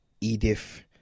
Edith